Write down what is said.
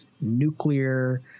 nuclear